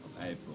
April